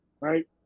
right